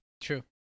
true